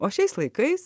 o šiais laikais